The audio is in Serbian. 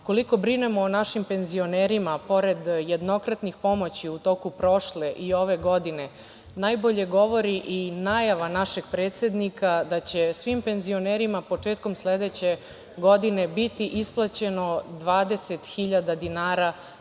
koliko brinemo o našim penzionerima pored jednokratnih pomoći u toku prošle i ove godine najbolje govori i najava našeg predsednika da će svim penzionerima početkom sledeće godine biti isplaćeno 20.000 dinara